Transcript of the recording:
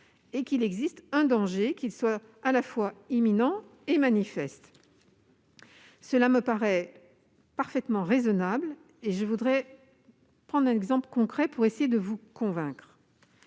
et qu'il existe un danger à la fois imminent et manifeste. Cela me paraît parfaitement raisonnable et je voudrais prendre un exemple concret pour essayer de vous en convaincre.